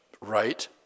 right